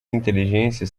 inteligência